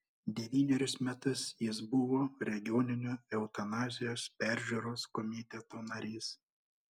devynerius metus jis buvo regioninio eutanazijos peržiūros komiteto narys